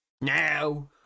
now